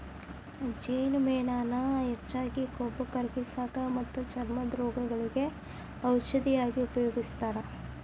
ಜೇನುಮೇಣಾನ ಹೆಚ್ಚಾಗಿ ಕೊಬ್ಬ ಕರಗಸಾಕ ಮತ್ತ ಚರ್ಮದ ರೋಗಗಳಿಗೆ ಔಷದ ಆಗಿ ಉಪಯೋಗಸ್ತಾರ